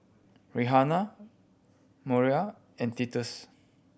Rihanna Moira and Titus